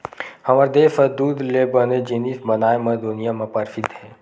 हमर देस ह दूद ले बने जिनिस बनाए म दुनिया म परसिद्ध हे